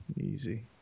easy